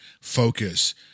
Focus